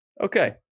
Okay